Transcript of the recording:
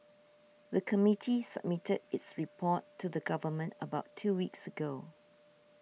the committee submitted its report to the government about two weeks ago